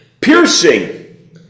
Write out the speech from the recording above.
piercing